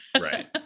right